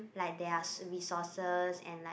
like there are resources and like